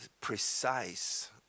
precise